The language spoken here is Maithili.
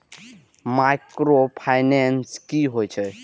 माइक्रो फाइनेंस कि होई छै?